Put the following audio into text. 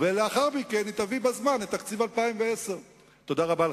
ולאחר מכן היא תביא בזמן את תקציב 2010. תודה רבה לך,